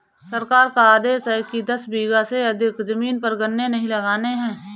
सरकार का आदेश है कि दस बीघा से अधिक जमीन पर गन्ने नही लगाने हैं